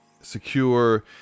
secure